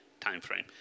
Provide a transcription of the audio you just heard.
timeframe